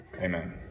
Amen